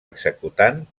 executant